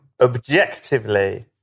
objectively